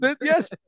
Yes